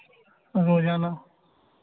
रोज़ाना